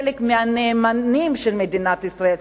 חלק מהנאמנים של מדינת ישראל,